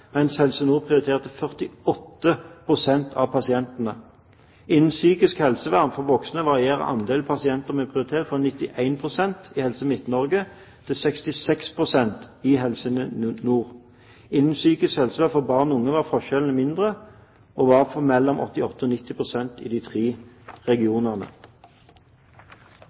mens Helse Nord prioriterte 48 prosent av pasientene. Innen psykisk helsevern for voksne varierte andelen pasienter med prioritet fra 91 prosent til 66 prosent . Innen psykisk helsevern for barn og unge var forskjellene mindre og var 88–90 prosent i tre av regionene.» Helsetilsynet gjennomførte et toårig tilsyn med psykisk helsevern i Distriktspsykiatriske sentre. I rapport 4/2009 gir de